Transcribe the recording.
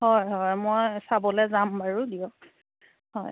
হয় হয় মই চাবলৈ যাম বাৰু দিয়ক হয়